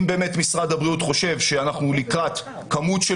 אם באמת משרד הבריאות חושב שאנחנו לקראת כמות של